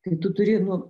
kai tu turi nu